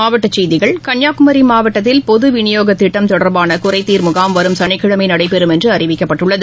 மாவட்டச் செய்கிகள் கள்னியாகுமரி மாவட்டத்தில் பொது விநியோகத்திட்டம் தொடர்பான குறைதீர் முகாம் வரும் சனிக்கிழமை நடைபெறும் என்று அறிவிக்கப்பட்டுள்ளது